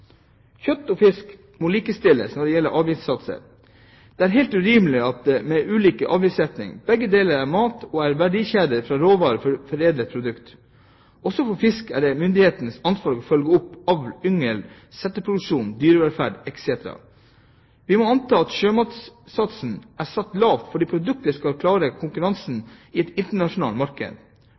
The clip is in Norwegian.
Kjøtt og fisk må likestilles når det gjelder avgiftssatser. Det er helt urimelig med ulik avgiftssetting. Begge deler er mat og er verdikjeder fra råvare til foredlet produkt. Også for fisk er det myndighetenes ansvar å følge opp avl, yngel- og settefiskproduksjon, dyrevelferd etc. Vi må anta at sjømatsatsen er satt lavt fordi produktet skal klare konkurransen i et internasjonalt marked.